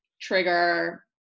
trigger